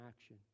action